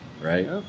right